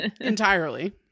Entirely